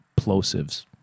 plosives